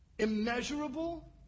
immeasurable